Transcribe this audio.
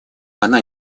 она